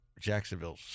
Jacksonville